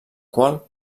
qual